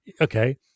okay